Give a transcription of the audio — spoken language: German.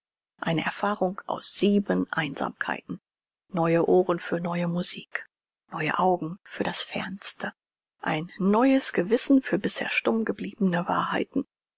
eine erfahrung aus sieben einsamkeiten neue ohren für neue musik neue augen für das fernste ein neues gewissen für bisher stumm geblieben wahrheiten